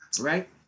Right